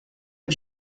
hab